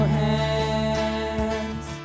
hands